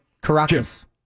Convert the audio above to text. Caracas